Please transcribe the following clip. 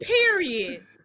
period